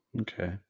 Okay